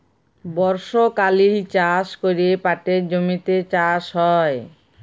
বর্ষকালীল চাষ ক্যরে পাটের জমিতে চাষ হ্যয়